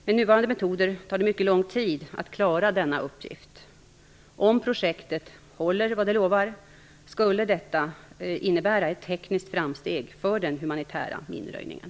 Med nuvarande metoder tar det mycket lång tid att klara denna uppgift. Om projektet håller vad det lovar skulle detta innebära ett tekniskt framsteg för den humanitära minröjningen.